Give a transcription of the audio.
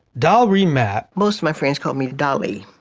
dollree mapp. most of my friends call me dolly.